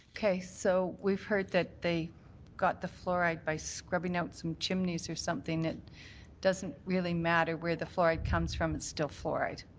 so we've heard that they got the fluoride by scrubbing out some chimneys or something. it doesn't really matter where the fluoride comes from, it's still fluoride.